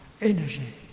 energy